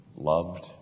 Loved